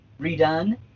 Redone